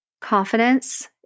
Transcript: Confidence